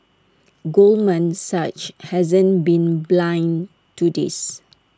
Goldman Sachs hasn't been blind to this